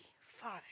Father